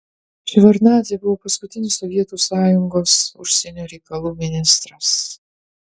ševardnadzė buvo paskutinis sovietų sąjungos užsienio reikalų ministras